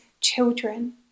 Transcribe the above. children